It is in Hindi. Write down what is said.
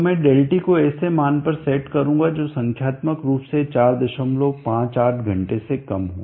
तो मैं ∆t को ऐसे मान पर सेट करूंगा जो संख्यात्मक रूप से 458 घंटे से कम हो